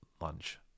lunch